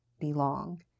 belong